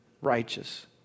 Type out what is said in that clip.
righteous